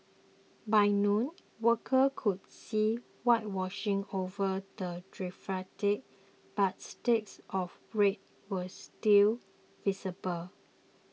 by noon workers could be seen whitewashing over the graffiti but streaks of red were still visible